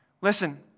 Listen